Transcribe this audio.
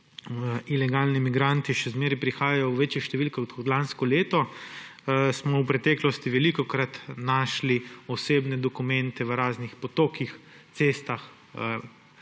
ilegalni migranti še zmeraj prihajajo v večjih številkah kot lansko leto, smo v preteklosti velikokrat našli osebne dokumente v raznih potokih, cestah,